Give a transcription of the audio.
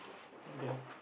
okay